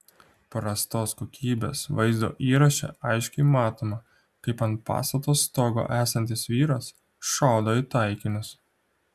prastos kokybės vaizdo įraše aiškiai matoma kaip ant pastato stogo esantis vyras šaudo į taikinius